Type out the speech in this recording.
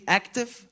active